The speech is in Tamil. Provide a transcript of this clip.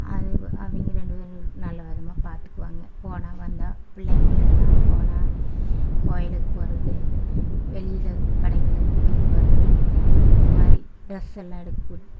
அது அவங்க ரெண்டு பேரும் நல்ல விதமாக பார்த்துக்குவாங்க போனால் வந்தால் பிள்ளைங்களை எல்லாம் போனால் கோயிலுக்கு போவது வெளியில் கடைங்களுக்கு கூட்டிகிட்டு போவது இந்த மாதிரி ட்ரெஸ்ஸெல்லாம் எடுத்து கு